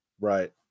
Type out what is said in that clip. Right